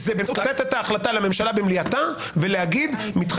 במקום שבו שופט יכול לקבל את ההכרעה על בסיס עילות מינהליות שהן פחות